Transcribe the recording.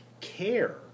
care